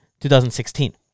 2016